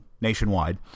nationwide